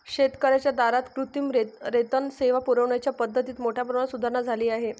शेतकर्यांच्या दारात कृत्रिम रेतन सेवा पुरविण्याच्या पद्धतीत मोठ्या प्रमाणात सुधारणा झाली आहे